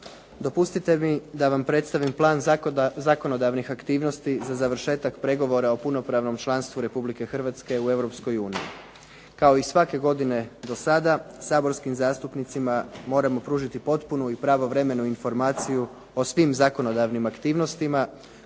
Dopustite mi da vam predstavim Plan zakonodavnih aktivnosti za završetak pregovora u punopravnom članstvu Republike Hrvatske u Europskoj uniji. Kao i svake godine do sada saborskim zastupnicima moramo pružiti potporu i pravovremenu informaciju o svim zakonodavnim aktivnostima